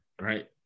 right